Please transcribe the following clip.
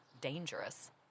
dangerous